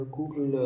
Google